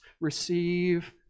Receive